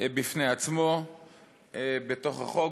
בפני עצמו בתוך החוק,